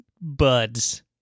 buds